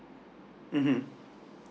mmhmm